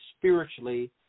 spiritually